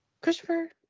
Christopher